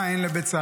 מה אין לבצלאל?